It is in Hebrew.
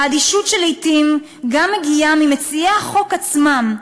האדישות שלעתים גם מגיעה ממציעי החוק עצמם,